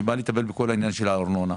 שבא לטפל בכל עניין הארנונה,